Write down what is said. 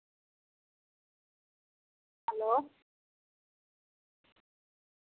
hello